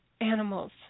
animals